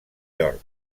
york